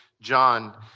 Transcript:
John